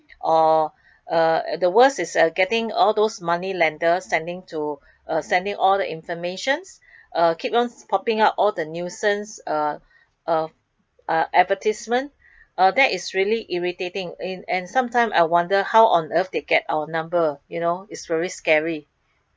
or uh the worst is uh getting all those money lenders sending to uh sending all the informations uh keep popping out all the nuisance uh uh uh advertisement uh that is really irritating in and sometimes I wonder how on earth they get our number you know it's very scary